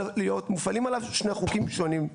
מופעלים עליו שני חוקים שונים.